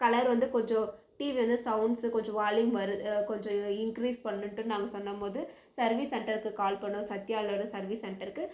colour வந்து கொஞ்சம் TV வந்து சௌண்ட்ஸு கொஞ்சம் வால்யூம் வரு கொஞ்சம் இன்க்ரீஸ் பண்ணணுட்டு நாங்கள் சொன்னம்போது சர்வீஸ் சென்ட்டருக்கு கால் பண்ணோம் சத்யாலோட சர்வீஸ் சென்ட்டருக்கு